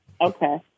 Okay